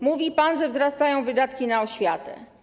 Mówi pan, że wzrastają wydatki na oświatę.